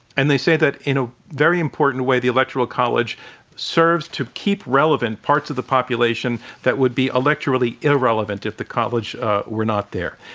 and they say that in a very important way, the electoral college serves to keep relevant parts of the population that would be electorally irrelevant if the college were not there.